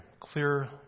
clear